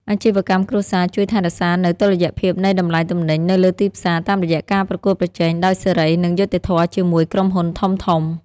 អាជីវកម្មគ្រួសារជួយថែរក្សានូវតុល្យភាពនៃតម្លៃទំនិញនៅលើទីផ្សារ តាមរយៈការប្រកួតប្រជែងដោយសេរី និងយុត្តិធម៌ជាមួយក្រុមហ៊ុនធំៗ។